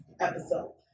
episode